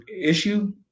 issue